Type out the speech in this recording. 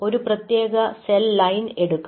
ഒരു പ്രത്യേക cell line എടുക്കാം